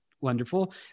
Wonderful